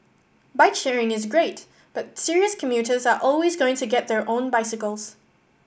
bike sharing is great but serious commuters are always going to get their own bicycles